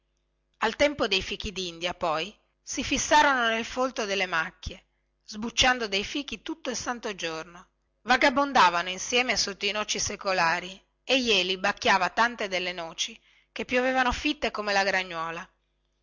al tempo dei fichidindia poi si fissarono nel folto delle macchie sbucciando dei fichi tutto il santo giorno vagabondavano insieme sotto i noci secolari e jeli bacchiava tante delle noci che piovevano fitte come la gragnuola